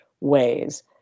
ways